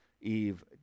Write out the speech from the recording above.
Eve